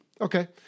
Okay